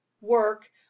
work